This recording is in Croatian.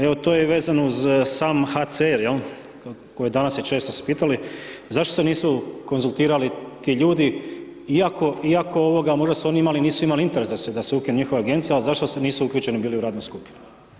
Evo to je vezano uz sam HCR za koji danas ste često pitali zašto se nisu konzultirali ti ljudi iako možda su oni imali, nisu imali interes da se ukine njihova agencija ali zašto nisu uključeni bili u radnu skupinu.